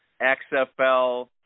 XFL